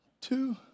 two